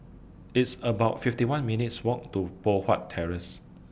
It's about fifty one minutes' Walk to Poh Huat Terrace